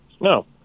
No